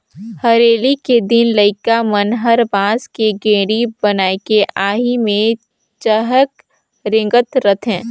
हरेली के दिन लइका मन हर बांस के गेड़ी बनायके आही मे चहके रेंगत रथे